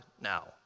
now